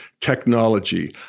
technology